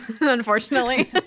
unfortunately